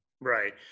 right